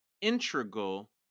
integral